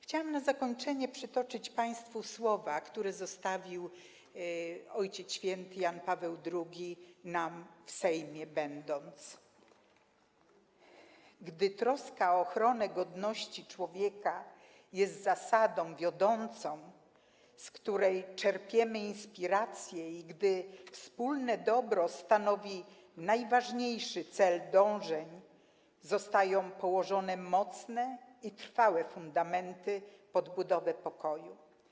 Chciałabym na zakończenie przytoczyć państwu słowa, które zostawił nam Ojciec Święty Jan Paweł II, będąc w Sejmie: Gdy troska o ochronę godności człowieka jest zasadą wiodącą, z której czerpiemy inspiracje, i gdy wspólne dobro stanowi najważniejszy cel dążeń, zostają położone mocne i trwałe fundamenty pod budowę pokoju.